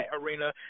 arena